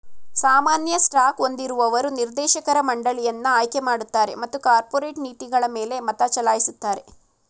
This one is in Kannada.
ಸಾಮಾನ್ಯ ಸ್ಟಾಕ್ ಹೊಂದಿರುವವರು ನಿರ್ದೇಶಕರ ಮಂಡಳಿಯನ್ನ ಆಯ್ಕೆಮಾಡುತ್ತಾರೆ ಮತ್ತು ಕಾರ್ಪೊರೇಟ್ ನೀತಿಗಳಮೇಲೆ ಮತಚಲಾಯಿಸುತ್ತಾರೆ